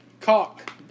Cock